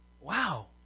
wow